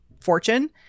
fortune